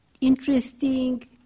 interesting